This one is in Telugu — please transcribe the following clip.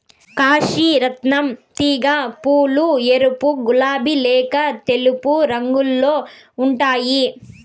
కాశీ రత్నం తీగ పూలు ఎరుపు, గులాబి లేక తెలుపు రంగులో ఉంటాయి